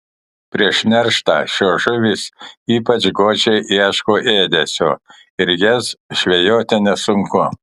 prieš nerštą šios žuvys ypač godžiai ieško ėdesio ir jas žvejoti nesunku